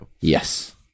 yes